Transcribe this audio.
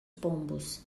pombos